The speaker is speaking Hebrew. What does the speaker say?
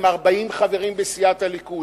עם 40 חברים בסיעת הליכוד,